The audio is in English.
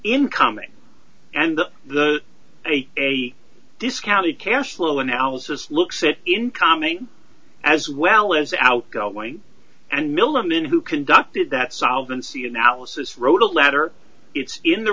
incoming and the a discounted cash flow analysis looks at incoming as well as outgoing and milliman who conducted that solvent see analysis wrote a letter i